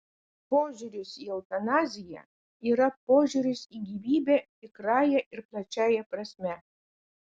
požiūris į eutanaziją yra požiūris į gyvybę tikrąja ir plačiąja prasme